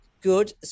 good